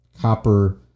copper